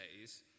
says